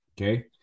okay